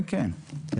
כן, כן.